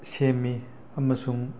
ꯁꯦꯝꯃꯤ ꯑꯃꯁꯨꯡ